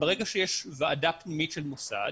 ברגע שיש ועדה פנימית של מוסד